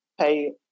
pay